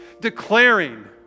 Declaring